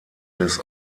des